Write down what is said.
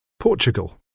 Portugal